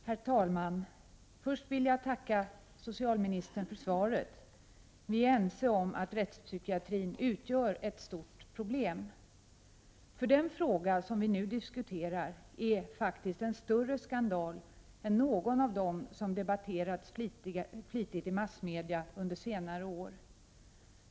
Herr talman! Först vill jag tacka socialministern för svaret. Vi är ense om att rättspsykiatrin utgör ett stort problem. Den fråga vi nu diskuterar är faktiskt en större skandal än någon av dem som har debatterats flitigt i massmedia under senare år.